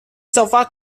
sofa